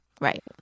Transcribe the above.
Right